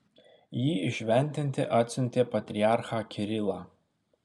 jį įšventinti atsiuntė patriarchą kirilą